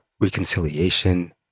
reconciliation